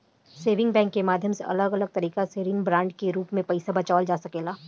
saving bank के माध्यम से अलग अलग तरीका के ऋण बांड के रूप में पईसा बचावल जा सकेला